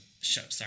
Sorry